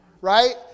right